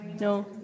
No